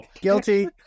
Guilty